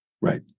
Right